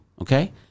okay